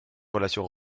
relations